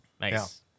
Nice